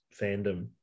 fandom